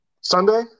Sunday